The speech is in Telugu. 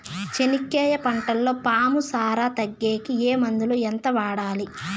చెనక్కాయ పంటలో పాము సార తగ్గేకి ఏ మందులు? ఎంత వాడాలి?